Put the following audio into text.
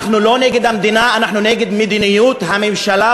אנחנו לא נגד המדינה אלא נגד מדיניות הממשלה,